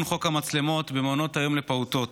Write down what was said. חוק המצלמות במעונות היום לפעוטות.